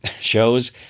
shows